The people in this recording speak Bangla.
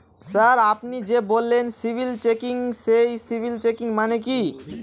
স্যার আপনি যে বললেন সিবিল চেকিং সেই সিবিল চেকিং মানে কি?